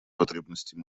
потребностей